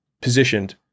positioned